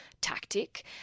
tactic